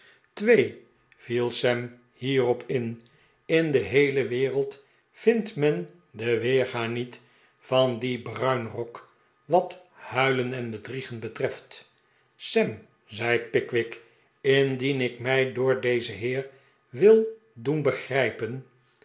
viel sam hierop in in de heele wereld vindt men de weerga niet van dien bruinrok wat huilen en bedriegen betreft sam zei pickwick indien ik mij door dezen heer wil doen begrijpen